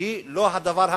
היא לא הדבר המרתיע.